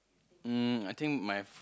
um I think my